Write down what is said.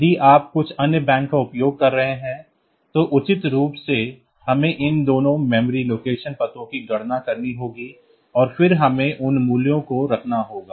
यदि आप कुछ अन्य बैंकों का उपयोग कर रहे हैं तो उचित रूप से हमें इन दो मेमोरी लोकेशन पतों की गणना करनी होगी और फिर हमें उन मूल्यों को रखना होगा